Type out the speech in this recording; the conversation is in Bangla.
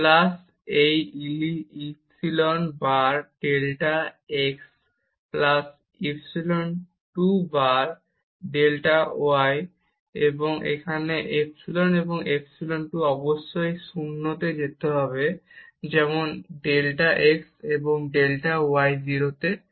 প্লাস এই ইপসিলন বার ডেল্টা x প্লাস ইপসিলন 2 বার ডেল্টা y এবং এখানে ইপসিলন এবং ইপসিলন 2 অবশ্যই 0 তে যেতে হবে যেমন ডেল্টা x এবং ডেল্টা y 0 তে যেতে হবে